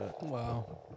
Wow